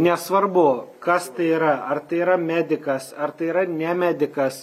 nesvarbu kas tai yra ar tai yra medikas ar tai yra ne medikas